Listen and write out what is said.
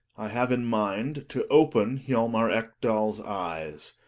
have in mind to open hjalmar ekdafs eyes.